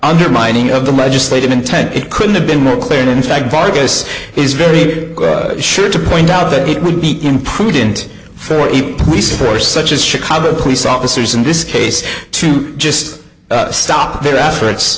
undermining of the legislative intent it couldn't have been more clear and in fact vargas is very sure to point out that it would be imprudent for a police force such as chicago police officers in this case to just stop their efforts